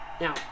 Now